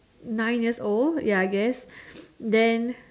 nine years old ya I guess then